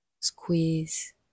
squeeze